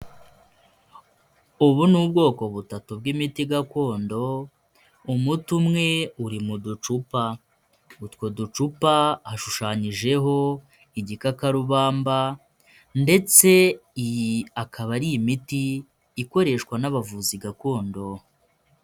Ubu ni ubwoko butatu bw'imiti gakondo. Umuti umwe uri mu ducupa, utwo ducupa hashushanyijeho igikakarubamba, ndetse iyi akaba ari imiti ikoreshwa n'abavuzi gakondo.